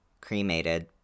cremated